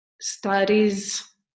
studies